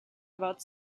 about